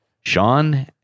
Sean